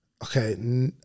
Okay